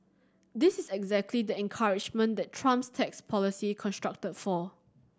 this is exactly the encouragement that Trump's tax policy constructed for